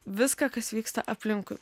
viską kas vyksta aplinkui